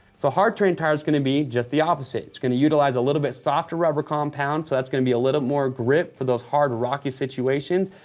so a hard terrain tire is gonna be just the opposite. it's gonna utilize a little bit softer rubber compound, so that's gonna be a little more grip for those hard, rocky situations.